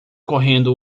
correndo